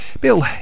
bill